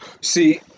See